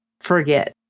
forget